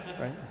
right